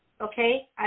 okay